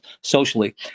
socially